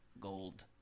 gold